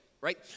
right